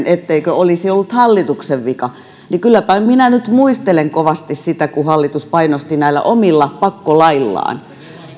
etteikö se olisi ollut hallituksen vika niin kylläpä minä nyt muistelen kovasti sitä kun hallitus painosti näillä omilla pakkolaeillaan